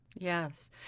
Yes